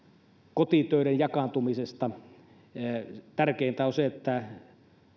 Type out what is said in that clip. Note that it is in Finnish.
kotitöiden jakaantumista tärkeintä on se että